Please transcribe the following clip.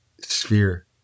sphere